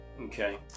Okay